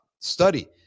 Study